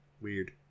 Weird